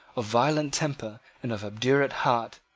of violent temper and of obdurate heart,